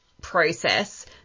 process